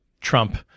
Trump